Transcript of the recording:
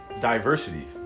Diversity